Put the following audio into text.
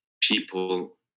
people